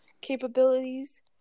capabilities